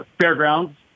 fairgrounds